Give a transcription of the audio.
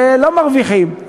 שלא מרוויחים,